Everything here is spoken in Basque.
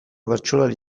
bertsolari